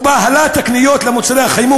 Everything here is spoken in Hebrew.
ובהלת הקניות של מוצרי החימום,